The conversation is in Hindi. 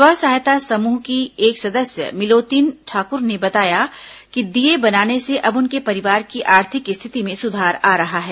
स्व सहायता समूह की एक सदस्य मिलोतीन ठाकुर ने बताया कि दीये बनाने से अब उनके परिवार की आर्थिक स्थिति में सुधार आ रहा है